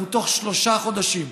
תוך שלושה חודשים,